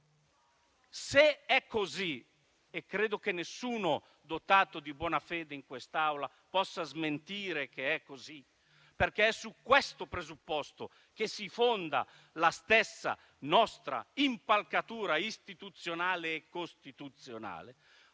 Se è così - e credo che nessuno dotato di buona fede in quest'Aula possa smentirlo, perché su questo presupposto si fonda la nostra stessa impalcatura istituzionale e costituzionale